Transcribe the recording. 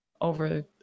over